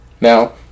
Now